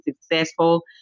successful